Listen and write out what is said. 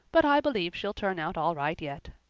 but i believe she'll turn out all right yet.